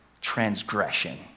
transgression